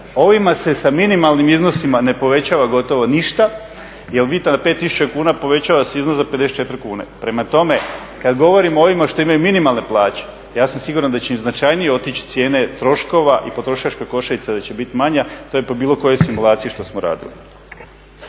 Ovima se sa minimalnim iznosima ne povećava gotovo ništa jer … 5000 kuna povećava se iznos za 54 kune. Prema tome, kad govorimo o ovima što imaju minimalne plaće ja sam siguran da će im značajniji otići cijene troškova i potrošačka košarica da će biti manja. To je po bilo kojoj simulaciji što smo radili.